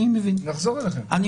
אתם